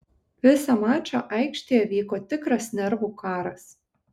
visą mačą aikštėje vyko tikras nervų karas